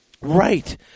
Right